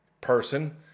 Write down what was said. person